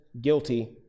guilty